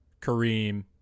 Kareem